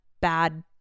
bad